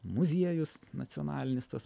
muziejus nacionalinis tas